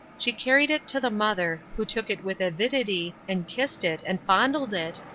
she carried it to the mother, who took it with avidity, and kissed it, and fondled it,